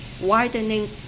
widening